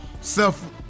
self